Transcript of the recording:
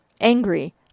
angry